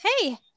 hey